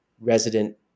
resident